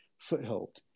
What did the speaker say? Foothold